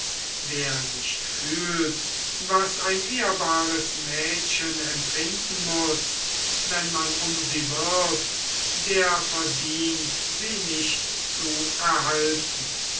wer nicht fühlt was ein ehrbares mädchen empfinden muß wenn man um sie wirbt der verdient sie nicht zu erhalten